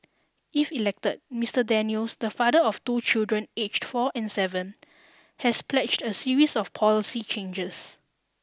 if elected Mister Daniels the father of two children aged four and seven has pledged a series of policy changes